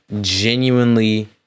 genuinely